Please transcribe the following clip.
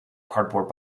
cardboard